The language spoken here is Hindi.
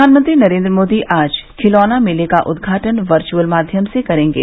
प्रधानमंत्री नरेंद्र मोदी आज खिलौना मेले का उद्घाटन वर्च्अल माध्यम से करेंगे